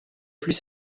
pluie